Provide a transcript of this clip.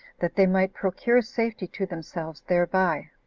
that they might procure safety to themselves thereby